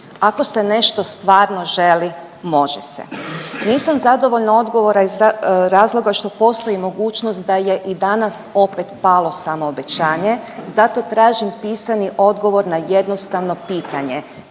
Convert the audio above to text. Ako se nešto stvarno želi, može se. Nisam zadovoljna odgovorom iz razloga što postoji mogućnost da je i danas opet palo samoobećanje, zato tražim pisani odgovor na jednostavno pitanje,